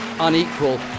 unequal